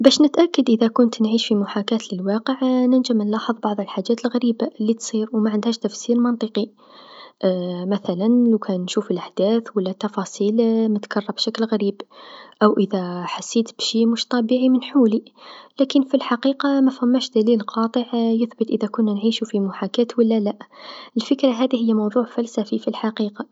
باش نتأكد إذا كنت نعيش في محاكاة للواقع نجم نلاحظ بعض الحاجات الغريبه لتصير و معندهاش تفسير منطقي مثلا لوكان نشوف احداث و لا تفاصيل متكرا بشكل غريب أو إذا حسيت بشي مش طبيعي من حولي، لكن في الحقيقه مفماش دليل قاطع يثبت إذا كنا نعيشو في محاكاة و لا لاء، الفكره هذي هي موضوع فلسفي في الحقيقه.